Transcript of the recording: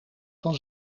van